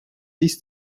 bis